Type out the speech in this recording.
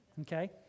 Okay